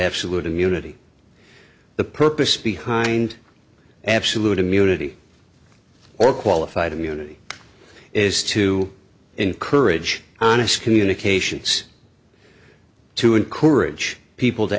absolute immunity the purpose behind absolute immunity or qualified immunity is to encourage honest communications to encourage people to